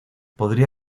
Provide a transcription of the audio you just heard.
podría